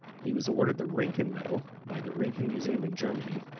he was awarded the roentgen medal by the roentgen museum in germany,